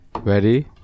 ready